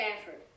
Stafford